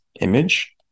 image